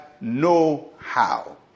know-how